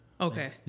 Okay